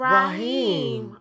Raheem